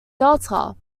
delta